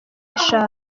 eshanu